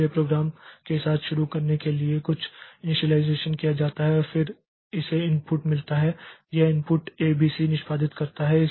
इसलिए प्रोग्राम के साथ शुरू करने के लिए कुछ इनिशियलाइज़ेशन किया जाता है और फिर इसे इनपुट मिलता है यह इनपुट ए बी सी निष्पादित करता है